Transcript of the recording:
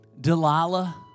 Delilah